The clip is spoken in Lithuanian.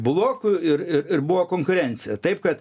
blokų ir ir ir buvo konkurencija taip kad